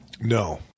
No